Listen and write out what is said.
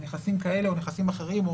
נכסים כאלה או נכסים אחרים,